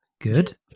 good